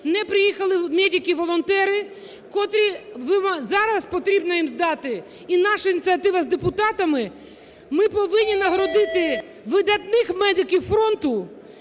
не приїхали медики-волонтери, котрі… зараз потрібно їм дати. І наша ініціатива з депутатами: ми повинні нагородити видатних медиків фронту,